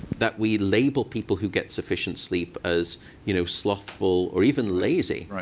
that we label people who get sufficient sleep as you know slothful or even lazy.